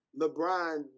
LeBron